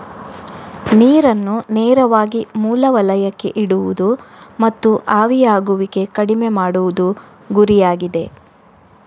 ನೀರನ್ನು ನೇರವಾಗಿ ಮೂಲ ವಲಯಕ್ಕೆ ಇಡುವುದು ಮತ್ತು ಆವಿಯಾಗುವಿಕೆ ಕಡಿಮೆ ಮಾಡುವುದು ಗುರಿಯಾಗಿದೆ